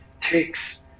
takes